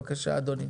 בבקשה, אדוני.